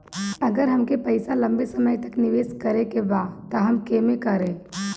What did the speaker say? अगर हमके पईसा लंबे समय तक निवेश करेके बा त केमें करों?